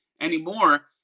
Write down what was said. anymore